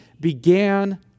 began